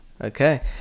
Okay